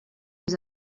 aux